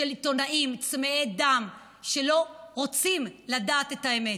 של עיתונאים צמאי דם שלא רוצים לדעת את האמת.